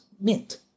mint